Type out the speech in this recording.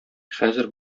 хәзер